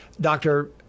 Doctor